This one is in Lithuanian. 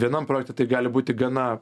vienam projekte tai gali būti gana